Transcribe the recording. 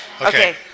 Okay